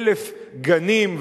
1,000 גנים,